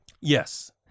Yes